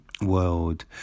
world